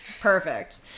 Perfect